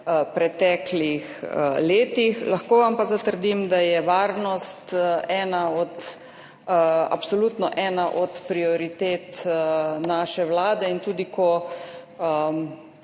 v preteklih letih. Lahko vam pa zatrdim, da je varnost absolutno ena od prioritet naše vlade in tudi ko